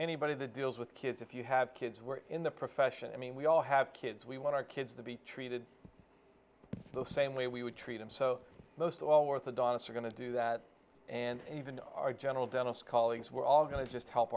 anybody that deals with kids if you have kids were in the profession i mean we all have kids we want our kids to be treated the same way we would treat them so most of all with a dinosaur going to do that and even our general dentist colleagues we're all going to just help